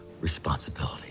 responsibility